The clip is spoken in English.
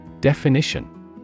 Definition